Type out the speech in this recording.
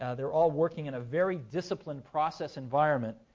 ah they're all working in a very disciplined process environment,